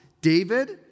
David